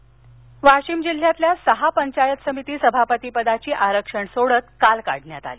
सोडत वाशिम जिल्ह्यातील सहा पंचायत समिती सभापतीपदाची आरक्षण सोडत काल काढण्यात आली